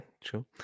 sure